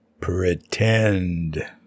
pretend